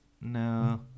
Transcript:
no